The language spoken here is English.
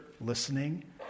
listening